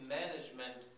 management